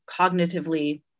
cognitively